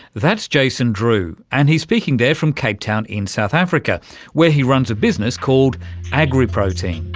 that's jason drew and he's speaking there from cape town in south africa where he runs a business called agriprotein.